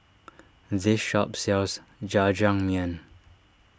this shop sells Jajangmyeon